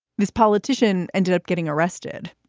this politician ended up getting arrested,